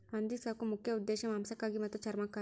ಹಂದಿ ಸಾಕು ಮುಖ್ಯ ಉದ್ದೇಶಾ ಮಾಂಸಕ್ಕಾಗಿ ಮತ್ತ ಚರ್ಮಕ್ಕಾಗಿ